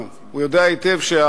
והוא יודע היטב מהן נקודות התורפה שלנו.